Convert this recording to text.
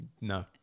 No